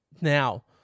Now